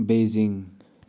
Beijing